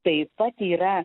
taip pat yra